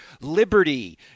liberty